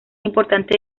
importante